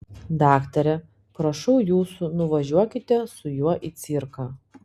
daktare prašau jūsų nuvažiuokite su juo į cirką